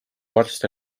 varsti